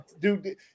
dude